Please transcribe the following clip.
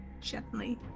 gently